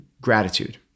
gratitude